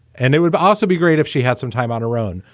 and they would also be great if she had some time on her own.